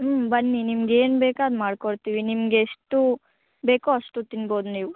ಹ್ಞೂ ಬನ್ನಿ ನಿಮ್ಗೆ ಏನು ಬೇಕೋ ಅದು ಮಾಡಿಕೊಡ್ತೀವಿ ನಿಮಗೆ ಎಷ್ಟು ಬೇಕೋ ಅಷ್ಟು ತಿನ್ಬೋದು ನೀವು